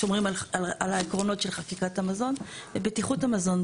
שומרים על העקרונות של חקיקת המזון ובטיחות המזון.